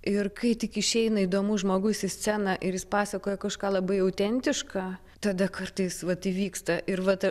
ir kai tik išeina įdomus žmogus į sceną ir jis pasakoja kažką labai autentišką todėl kartais vat įvyksta ir vat